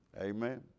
Amen